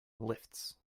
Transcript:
lifts